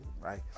right